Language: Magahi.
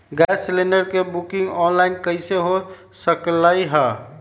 गैस सिलेंडर के बुकिंग ऑनलाइन कईसे हो सकलई ह?